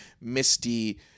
misty